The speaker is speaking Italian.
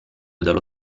dallo